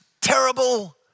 terrible